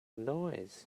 noise